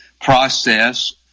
process